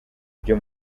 byo